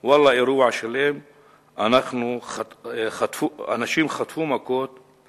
ואללה אירוע שלם, אנשים חטפו מכות.